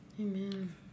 Amen